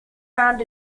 round